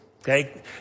Okay